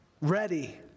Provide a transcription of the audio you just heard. ready